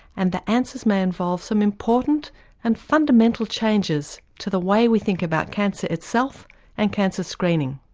and the answers may involve some important and fundamental changes to the way we think about cancer itself and cancer screening.